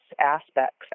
aspects